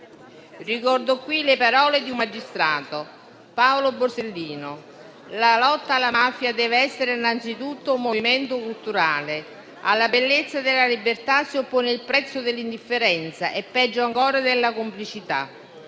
Ricordo qui le parole di un magistrato, Paolo Borsellino: «La lotta alla mafia dev'essere innanzitutto un movimento culturale»; alla bellezza della libertà si oppone il puzzo dell'indifferenza e peggio ancora della complicità.